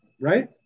Right